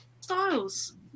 styles